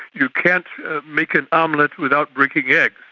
you can't make an omelette without breaking eggs.